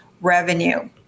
revenue